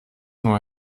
nur